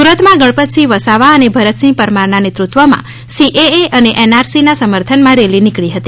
સુરતમાં ગણપતસિફ વસાવા અને ભરતસિંહ પરમારના નેતૃત્વમાં સીએએ અને એનઆરસીના સમર્થનમાં રેલી નીકળી હતી